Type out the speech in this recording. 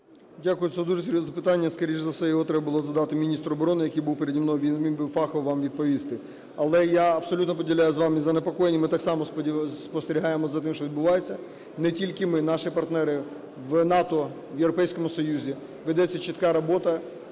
Дякую. Це дуже серйозне питання. Скоріш за все його треба було задати міністру оборони, який був переді мною, він міг би фахово вам відповісти. Але я абсолютно поділяю з вами занепокоєння, ми так само спостерігаємо за тим, що відбувається. Не тільки ми, наші партнери в НАТО, в Європейському Союзі, ведеться чітка робота,